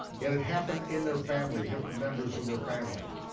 it'd happened in their family, different members of their family,